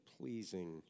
pleasing